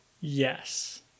Yes